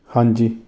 ਹਾਂਜੀ